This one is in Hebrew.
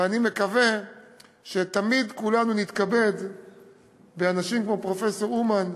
ואני מקווה שכולנו נתכבד תמיד באנשים כמו פרופסור אומן,